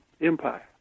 empire